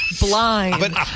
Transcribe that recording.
blind